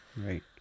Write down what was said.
right